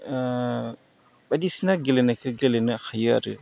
बायदिसिना गेलेनायखो गेलेनो हायो आरो